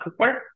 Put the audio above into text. cookware